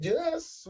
Yes